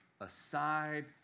aside